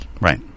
Right